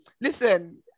listen